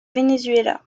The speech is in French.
venezuela